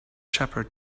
shepherd